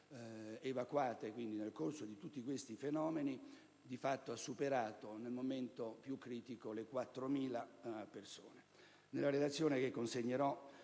evacuate nel corso di tutti questi fenomeni ha superato, nel momento più critico, le 4.000 unità.